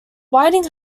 whiting